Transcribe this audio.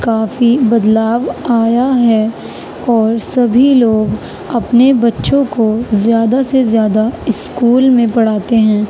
کافی بدلاؤ آیا ہے اور سبھی لوگ اپنے بچوں کو زیادہ سے زیادہ اسکول میں پڑھاتے ہیں